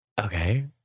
Okay